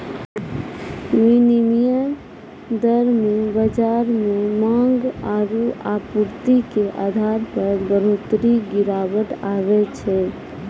विनिमय दर मे बाजार मे मांग आरू आपूर्ति के आधार पर बढ़ोतरी गिरावट आवै छै